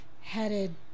headed